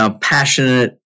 passionate